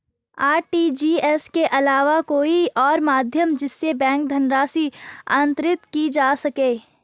RTGS के अलावा कोई और माध्यम जिससे बैंक धनराशि अंतरित की जा सके?